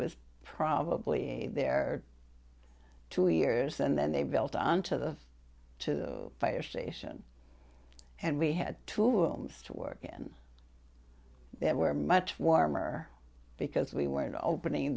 was probably there two years and then they built on to the fire station and we had tools to work and they were much warmer because we weren't opening